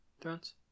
Thrones